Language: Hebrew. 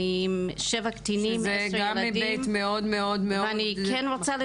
אני עם שבעה קטינים -- שזה גם היבט מאוד מאוד מאוד מכביד.